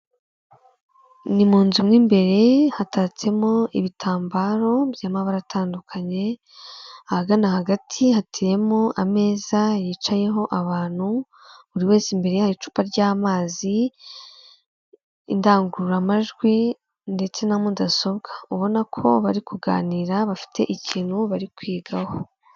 Ni mu nzu mo imbere hatatsemo ibitambaro by'amabara atandukanye, ahagana hagati hateyemo ameza yicayeho abantu, buri wese imbere ye hari icupa ry'amazi, indangururamajwi ndetse na mudasobwa, ubona ko bari kuganira, bafite ikintu bari kwigaho.